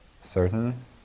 certain